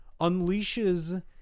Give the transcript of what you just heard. unleashes